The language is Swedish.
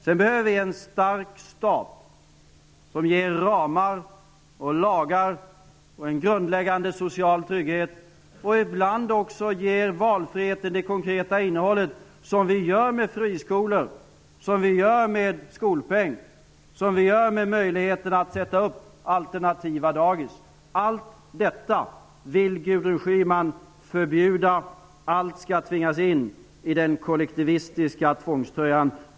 Sedan behöver vi en stark stat som ger ramar, lagar, en grundläggande social trygghet -- och ibland också valfrihet i det konkreta innehållet som vi när det gäller friskolor, skolpeng och möjligheterna att sätta upp alternativa dagis. Allt detta vill Gudrun Schyman förbjuda. Allt skall tvingas in i den kollektivistiska tvångströjan.